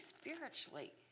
spiritually